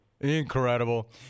incredible